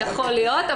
יכול להיות,